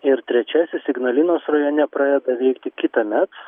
ir trečiasis ignalinos rajone pradeda veikti kitąmet